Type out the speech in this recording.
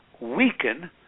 weaken